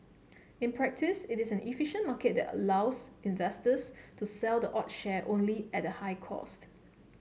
in practice it is an inefficient market that allows investors to sell the odd share only at a high cost